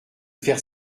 faire